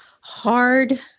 hard